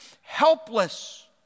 helpless